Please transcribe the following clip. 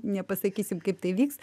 nepasakysim kaip tai vyks